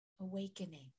awakening